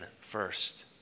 first